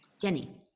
Jenny